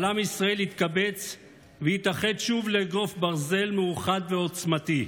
אבל עם ישראל התקבץ והתאחד שוב לאגרוף ברזל מאוחד ועוצמתי.